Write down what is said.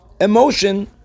emotion